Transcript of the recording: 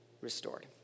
restored